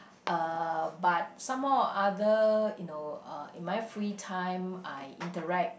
uh but somehow or other you know uh in my free time I interact